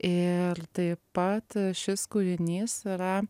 ir taip pat šis kūrinys yra